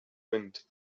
wind